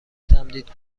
تمدید